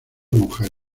mujer